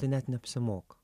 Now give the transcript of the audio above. tai net neapsimoka